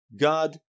God